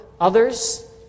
others